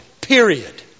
Period